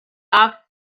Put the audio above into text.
off